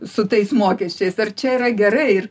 su tais mokesčiais ar čia yra gerai